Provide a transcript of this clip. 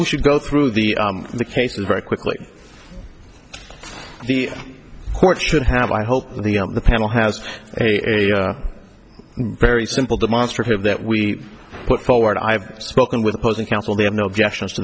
we should go through the cases very quickly the court should have i hope the on the panel has a very simple demonstrative that we put forward i have spoken with opposing counsel they have no objection